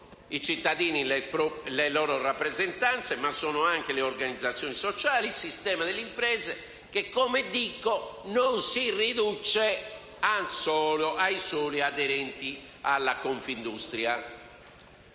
i cittadini e le loro rappresentanze, ma che sono anche le organizzazioni sociali ed il sistema delle imprese che - come dicevo - non si riduce ai soli aderenti alla Confindustria.